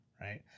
Right